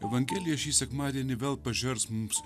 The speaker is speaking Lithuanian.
evangelija šį sekmadienį vėl pažers mums